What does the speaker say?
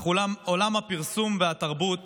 אך עולם הפרסום והתרבות